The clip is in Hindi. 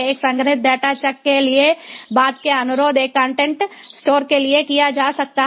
एक संग्रहीत डेटा चक के लिए बाद के अनुरोध एक कंटेंट स्टोर के लिए किया जा सकता है